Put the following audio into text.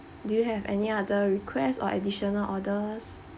do you have any other requests or additional orders